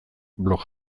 blog